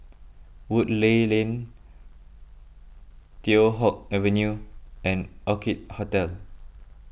Woodleigh Lane Teow Hock Avenue and Orchid Hotel